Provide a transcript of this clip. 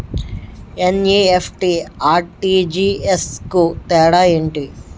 NEFT, RTGS కు తేడా ఏంటి?